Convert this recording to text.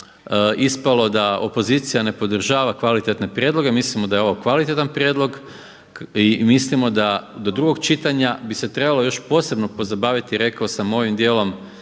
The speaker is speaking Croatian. ispalo da opozicija ne podržava kvalitetne prijedloge, mislimo da je ovo kvalitetan prijedlog i mislimo da do drugog čitanja bi se trebalo još posebno pozabaviti rekao sam ovim dijelom